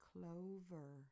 Clover